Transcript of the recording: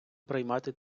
приймати